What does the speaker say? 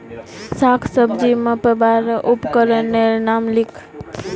साग सब्जी मपवार उपकरनेर नाम लिख?